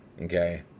okay